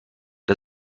der